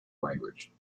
language